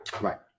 Right